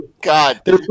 god